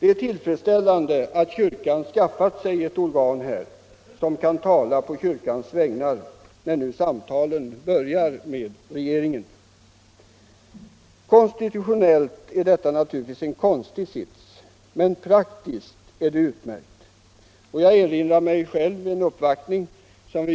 Det är tillfredsställande att kyrkan skaffat sig ett organ som kan tala å kyrkans vägnar när nu samtalen börjar med regeringen. Konstitutionellt är detta naturligtvis en konstig sits, men praktiskt är den utmärkt. Jag erinrar mig själv en uppvaktning, som